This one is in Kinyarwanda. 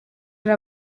hari